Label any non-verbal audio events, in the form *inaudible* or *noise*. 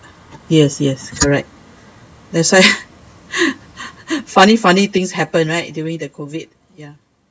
yes yes correct that's why *laughs* funny funny things happen right during the COVID ya